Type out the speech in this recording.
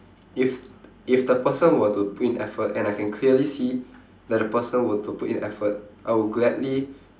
if if the person were to put in effort and I can clearly see that the person were to put in effort I would gladly